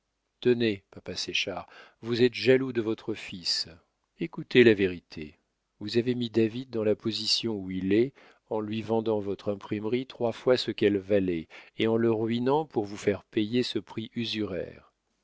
tenez papa séchard vous êtes jaloux de votre fils écoutez la vérité vous avez mis david dans la position où il est en lui vendant votre imprimerie trois fois ce qu'elle valait et en le ruinant pour vous faire payer ce prix usuraire